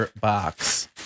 box